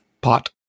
pot